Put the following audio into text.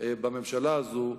בממשלה הזו,